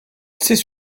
c’est